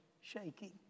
shaking